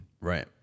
Right